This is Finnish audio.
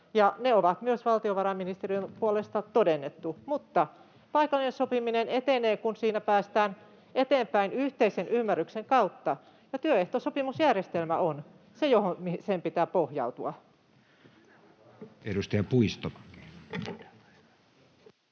ne on myös valtiovarainministeriön puolesta todennettu. Mutta paikallinen sopiminen etenee, kun siinä päästään eteenpäin yhteisen ymmärryksen kautta, ja työehtosopimusjärjestelmä on se, johon sen pitää pohjautua. [Speech 51]